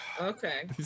Okay